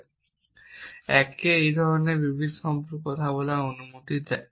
1 কে এই ধরনের বিবৃতি সম্পর্কে কথা বলার অনুমতি দেয়